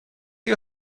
you